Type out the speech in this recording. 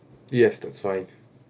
yes that's fine